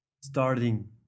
starting